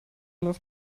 läuft